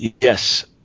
Yes